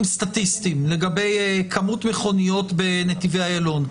סטטיסטיים לגבי כמות מכוניות בנתיבי אילון.